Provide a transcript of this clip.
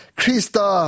krista